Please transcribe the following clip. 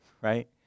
right